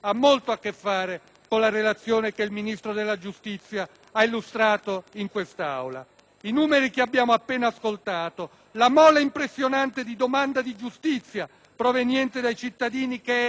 I numeri che abbiamo appena ascoltato, la mole impressionante di domanda di giustizia proveniente dai cittadini che attende da anni di essere evasa, la durata media dei processi civili e penali,